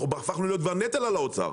אנחנו הפכנו להיות כבר נטל על האוצר,